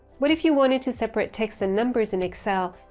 what if you wanted to separate text and numbers in excel?